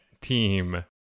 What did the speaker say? team